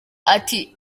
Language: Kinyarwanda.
ati